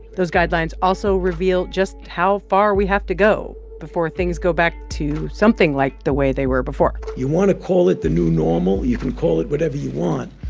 those guidelines also reveal just how far we have to go before things go back to something like the way they were before you want to call it the new normal, you can call it whatever you want,